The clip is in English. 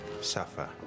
suffer